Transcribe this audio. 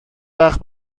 وقت